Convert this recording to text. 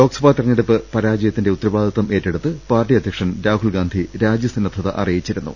ലോക്സഭാ തെരഞ്ഞെടുപ്പ് പരാജയത്തിന്റെ ഉത്തരവാദിത്വം ഏറ്റെ ടുത്ത് പാർട്ടി അധ്യക്ഷൻ രാഹുൽഗാന്ധി രാജി സന്നദ്ധത അറിയിച്ചിരുന്നു